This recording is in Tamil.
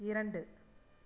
இரண்டு